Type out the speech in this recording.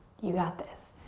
you got this.